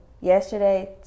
yesterday